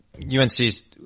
UNC's